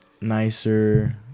nicer